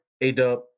A-Dub